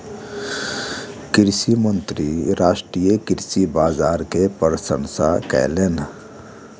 कृषि मंत्री राष्ट्रीय कृषि बाजार के प्रशंसा कयलैन